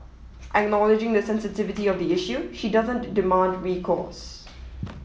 acknowledging the sensitivity of the issue she doesn't demand recourse